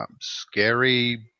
scary